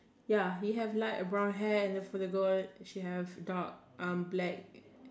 ya he have light brown hair and for the girl she have dark um black